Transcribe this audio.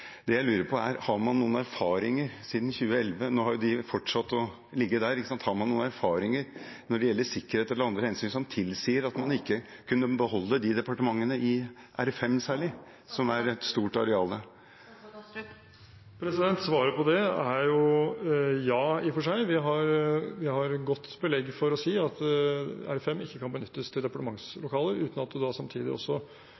Har man noen erfaringer siden 2011 – nå har de jo fortsatt å ligge der – når det gjelder sikkerhet eller andre hensyn, som tilsier at man ikke kan beholde disse departementene – særlig i R5, som er et stort areal? Svaret på det er ja – i og for seg. Vi har godt belegg for å si at R5 ikke kan benyttes til